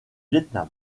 vietnam